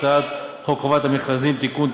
הצעת חוק חובת המכרזים (תיקון,